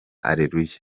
areruya